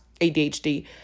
ADHD